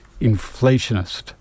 inflationist